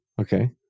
Okay